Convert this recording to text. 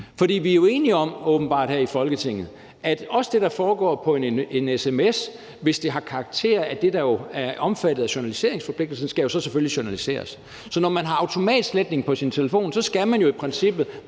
For vi er jo åbenbart enige her i Folketinget om, at også det, der foregår på en sms, hvis det har karakter af det, der er omfattet af journaliseringsforpligtelsen, så selvfølgelig skal journaliseres. Så når man har automatsletning på sin telefon, skal man jo i princippet